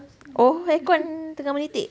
oh aircon tengah menitik